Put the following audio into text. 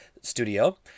studio